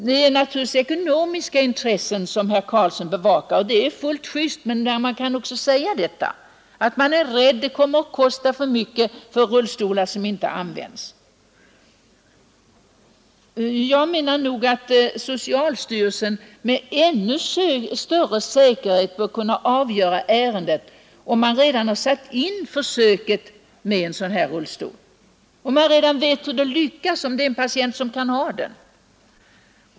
Det är naturligtvis ekonomiska intressen som herr Karlsson bevakar, och det är fullt just, man är rädd för att kostnaderna kommer att bli stora för rullstolar som kanske inte används. Jag menar nog att socialstyrelsen med ännu större säkerhet bör kunna avgöra sådana ärenden, om försöket med en sådan rullstol redan har satt in om man vet om patienten kan ha den.